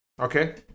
Okay